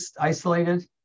isolated